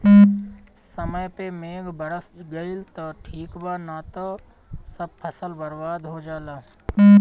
समय पे मेघ बरस गईल त ठीक बा ना त सब फसल बर्बाद हो जाला